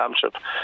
championship